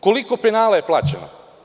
Koliko penala je plaćeno?